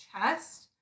chest